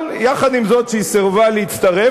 אבל יחד עם זאת שהיא סירבה להצטרף,